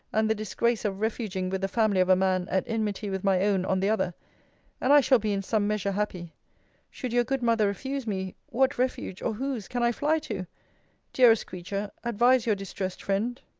and the disgrace of refuging with the family of a man at enmity with my own, on the other and i shall be in some measure happy should your good mother refuse me, what refuge, or whose, can i fly to dearest creature, advise your distressed friend.